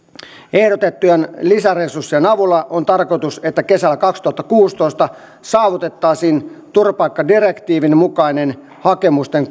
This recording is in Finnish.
ehdotettujen lisäresurssien avulla on tarkoitus että kesällä kaksituhattakuusitoista saavutettaisiin turvapaikkadirektiivin mukainen hakemusten